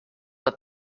but